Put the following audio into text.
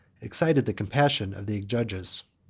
excited the compassion of the judges,